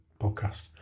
podcast